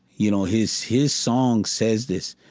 you know, his his song says this.